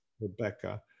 Rebecca